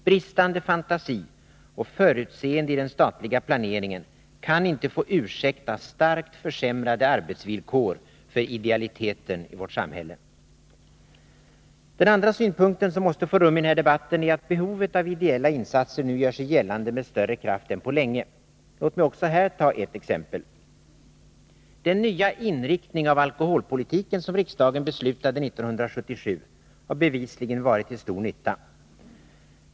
Bristande fantasi och förutseende i den statliga planeringen kan inte få ursäkta starkt försämrade arbetsvillkor för idealiteten i vårt samhälle. Den andra synpunkten som måste få rum i den här debatten är att behovet av ideella insatser nu gör sig gällande med större kraft än på länge. Låt mig också här ta ett exempel. Den nya inriktning av alkoholpolitiken som riksdagen beslutade 1977 har bevisligen varit till stor nytta.